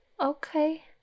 Okay